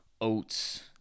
oats